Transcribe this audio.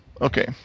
Okay